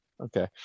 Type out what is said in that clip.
Okay